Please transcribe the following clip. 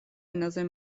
ენაზე